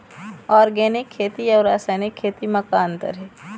Organic खेती अउ रासायनिक खेती म का अंतर हे?